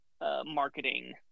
marketing